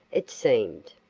it seemed.